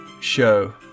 show